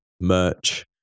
merch